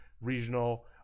regional